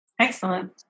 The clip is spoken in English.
excellent